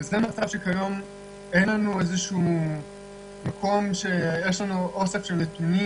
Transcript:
זה מצב שכיום אין לנו איזה שהוא מקום שיש לנו אוסף נתונים